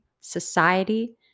society